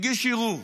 מגיש ערעור.